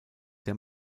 der